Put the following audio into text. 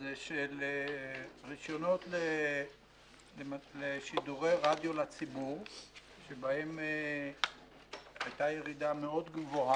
זה של רישיונות לשידורי רדיו לציבור שבהם היתה ירידה מאוד גבוהה.